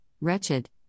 wretched